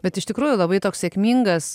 bet iš tikrųjų labai toks sėkmingas